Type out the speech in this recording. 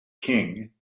king